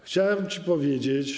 Chciałem ci powiedzieć.